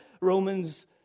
Romans